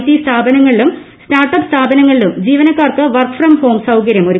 T സ്ഥാപനങ്ങളിലും startup സ്ഥാപനങ്ങളിലും ജീവനക്കാർക്ക് വർക്ക് ഫ്രം ഹോം സൌകര്യമെരുക്കണം